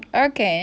okay